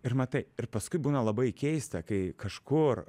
ir matai ir paskui būna labai keista kai kažkur